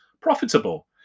profitable